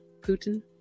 Putin